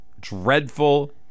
dreadful